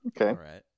Okay